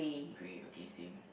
great okay same